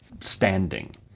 standing